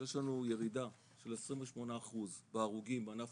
יש לנו ירידה של 28 אחוז בהרוגים בענף